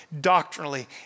doctrinally